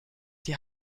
die